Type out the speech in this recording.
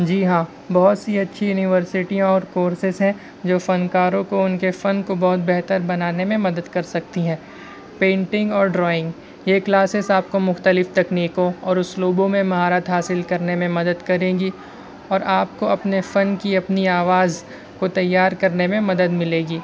جی ہاں بہت سی اچھی یونیورسیٹیاں اور کورسز ہیں جو فنکاروں کو ان کے فن کو بہت بہتر بنانے میں مدد کر سکتی ہیں پینٹگ اور ڈرائنگ یہ کلاسیز آپ کو مختلف تکنیکوں اوراسلوبوں میں مہارت حاصل کرنے میں مدد کریں گی اور آپ کو اپنے فن کی اپنی آواز کو تیارکرنے میں مدد ملے گی